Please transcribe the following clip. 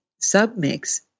submix